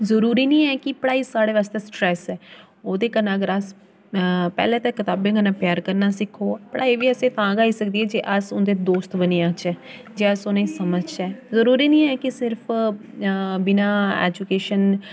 जरूरी निं ऐ कि पढ़ाई साढ़े बास्तै स्ट्रेस ऐ ओह्दे कन्नै अगर अस पैह्लें ते कताबें कन्नै प्यार करना सिक्खो पढ़ाई बी असें ई तां गै आई सकदी ऐ जे अस उं'दे दोस्त बनी जाचै जे अस उ'नें गी समझचै जरूरी निं ऐ कि सिर्फ बिना एजुकेशन